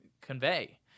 convey